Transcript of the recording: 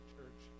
Church